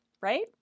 right